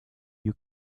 you